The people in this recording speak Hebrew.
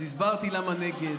אז הסברתי למה נגד.